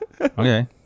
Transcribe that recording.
okay